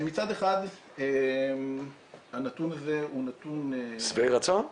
מצד אחד הנתון הזה הוא נתון --- אתם שבעי רצון?